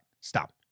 Stop